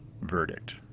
verdict